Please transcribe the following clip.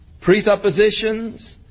presuppositions